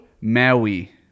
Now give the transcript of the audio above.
Maui